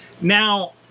Now